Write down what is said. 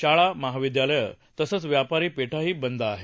शाळा महाविद्यालयं तसंच व्यापारी पेठाही बंद आहेत